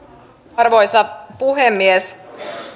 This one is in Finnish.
arvoisa puhemies